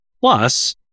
Plus